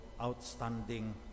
outstanding